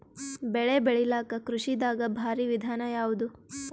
ಬೆಳೆ ಬೆಳಿಲಾಕ ಕೃಷಿ ದಾಗ ಭಾರಿ ವಿಧಾನ ಯಾವುದು?